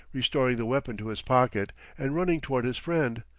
restoring the weapon to his pocket and running toward his friend.